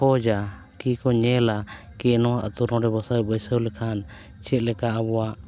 ᱠᱷᱳᱡᱽᱼᱟ ᱠᱤ ᱧᱮᱞᱟ ᱠᱤ ᱱᱚᱣᱟ ᱟᱹᱛᱩ ᱱᱚᱰᱮ ᱜᱚᱸᱥᱟᱭ ᱵᱟᱹᱭᱥᱟᱹᱣ ᱞᱮᱠᱷᱟᱱ ᱪᱮᱫ ᱞᱮᱠᱟ ᱟᱵᱚᱣᱟᱜ